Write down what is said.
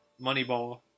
Moneyball